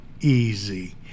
easy